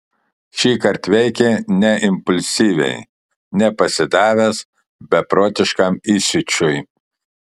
šįkart veikė ne impulsyviai ne pasidavęs beprotiškam įsiūčiui